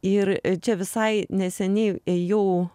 ir čia visai neseniai ėjau